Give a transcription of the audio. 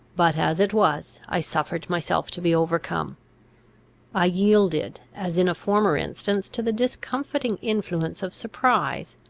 but, as it was, i suffered myself to be overcome i yielded, as in a former instance, to the discomfiting influence of surprise.